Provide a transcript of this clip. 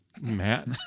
Matt